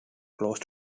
close